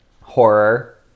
horror